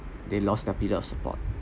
they lost their pillar of support